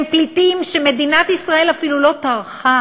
הם פליטים שמדינת ישראל אפילו לא טרחה